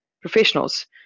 professionals